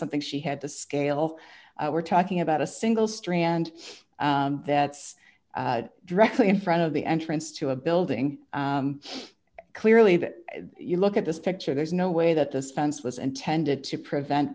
something she had the scale we're talking about a single strand that's directly in front of the entrance to a building clearly that you look at this picture there's no way that this fence was intended to prevent